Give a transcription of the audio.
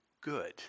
good